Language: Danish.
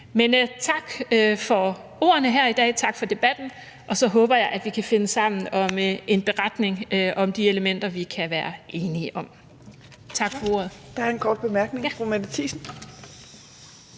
Men tak for ordene her i dag, tak for debatten, og så håber jeg, at vi kan finde sammen om en beretning om de elementer, vi kan være enige om. Tak for ordet.